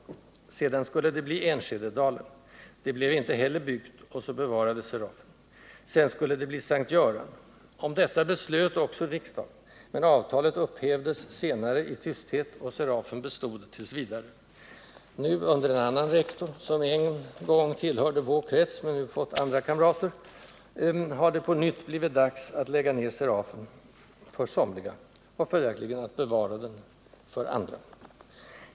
Sedan skulle det bli Enskededalen. Det blev inte heller byggt, och så bevarades Serafen. Sedan skulle det bli S:t Göran. Om detta beslöt också riksdagen, men avtalet upphävdes senare i tysthet, och Serafen bestod tills vidare. Nu, under en annan rektor, som en gång tillhörde vår krets men som nu har fått andra kamrater, har det på nytt blivit dags att lägga ned Serafen, för somliga, och följaktligen att bevara den, för andra.